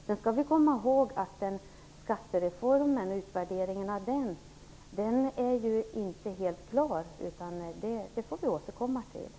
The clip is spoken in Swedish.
Man skall komma ihåg att utvärderingen av skattereformen inte är helt klar. Vi får återkomma till den.